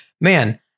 man